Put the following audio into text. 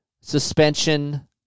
suspension